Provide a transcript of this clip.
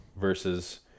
versus